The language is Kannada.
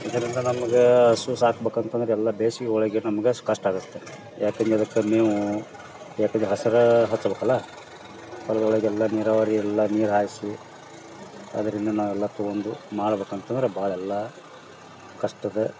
ಇದರಿಂದ ನಮ್ಗೆ ಹಸು ಸಾಕ್ಬೇಕ್ ಅಂತಂದ್ರೆ ಎಲ್ಲ ಬೇಸ್ಗೆ ಒಳಗೆ ನಮ್ಗೆ ಅಷ್ಟು ಕಷ್ಟ ಆಗತ್ತೆ ಯಾಕಂದ್ರೆ ಅದ್ಕೆ ಮೇವು ಯಾಕೆ ಇದು ಹಸ್ರು ಹಚ್ಬೇಕಲ್ಲ ಅದ್ರೊಳಗೆ ಎಲ್ಲ ನೀರಾವರಿ ಎಲ್ಲ ನೀರು ಹಾಯಿಸಿ ಅದರಿಂದ ನಾವೆಲ್ಲ ತೊಗೊಂಡು ಮಾಡ್ಬೇಕಂತ ಅಂತಂದ್ರೆ ಭಾಳ ಎಲ್ಲ ಕಷ್ಟದ